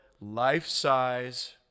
life-size